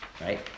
right